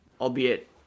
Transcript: albeit